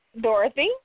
Dorothy